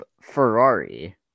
Ferrari